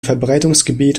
verbreitungsgebiet